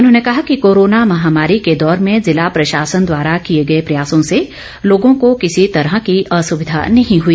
उन्होंने कहा कि कोरोना महामारी के दौर में ज़िला प्रशासन द्वारा किए गए प्रयासों से लोगों को किसी तरह की असुविधा नहीं हुई